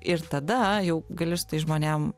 ir tada jau gali su tais žmonėm